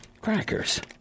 Crackers